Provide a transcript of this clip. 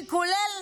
שכולל